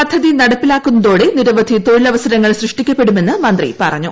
പദ്ധതി നടപ്പിലാക്കുന്നതോടെ നിരവധി തൊഴിലവസരങ്ങൾ സൃഷ്ടിക്കപ്പെടുമെന്ന് മന്ത്രി പറഞ്ഞു